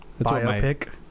biopic